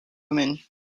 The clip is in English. woman